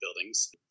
buildings